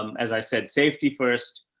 as i said, safety first,